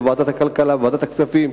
בוועדת הכלכלה ובוועדת הכספים,